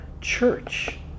church